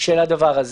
של הדבר,